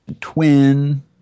Twin